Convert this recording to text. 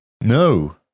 No